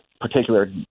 particular